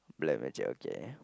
black magic okay